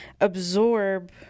absorb